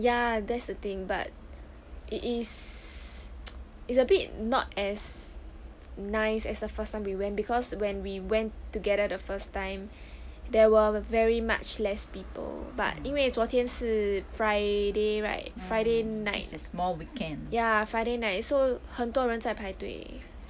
ya that's the thing but it is it's a bit not as nice as the first time we went because when we went together the first time there were very much less people but 因为昨天是 friday right friday night ya friday night so 很多人在排队